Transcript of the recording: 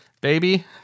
Baby